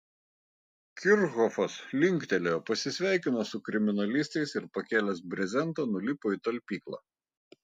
kirchhofas linktelėjo pasisveikino su kriminalistais ir pakėlęs brezentą nulipo į talpyklą